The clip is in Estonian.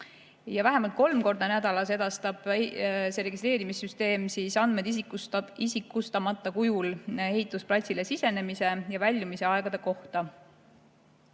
Vähemalt kolm korda nädalas edastab see registreerimissüsteem andmed isikustamata kujul ehitusplatsile sisenemise ja väljumise aegade kohta.